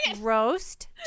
roast